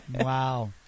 Wow